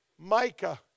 Micah